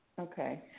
Okay